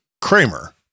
Kramer